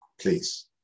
please